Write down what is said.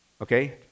okay